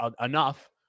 enough